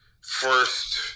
first